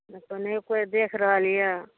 नहि कोई देख रहल यऽ